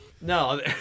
No